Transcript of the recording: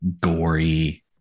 gory